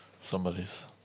somebody's